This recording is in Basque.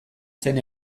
zen